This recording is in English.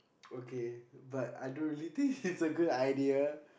okay but I don't really think it's a good idea